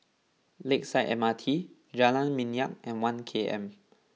Lakeside M R T Jalan Minyak and One K M